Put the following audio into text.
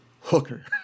hooker